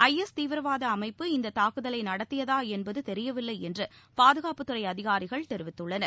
ஐ S தீவிரவாத அமைப்பு இந்த தாக்குதலை நடத்தியதா என்பது தெரியவில்லை என்று பாதுகாப்புத்துறை அதிகாரிகள் தெரிவித்துள்ளனர்